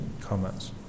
comments